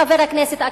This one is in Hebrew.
חבר הכנסת אקוניס,